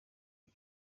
iyo